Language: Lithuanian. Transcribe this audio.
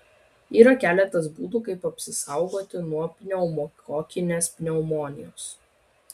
yra keletas būdų kaip apsisaugoti nuo pneumokokinės pneumonijos